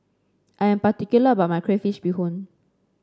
I am particular about my Crayfish Beehoon